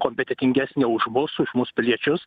kompetentingesnė už mus už mus piliečius